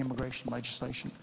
immigration legislation